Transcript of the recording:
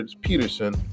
Peterson